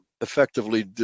effectively